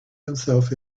himself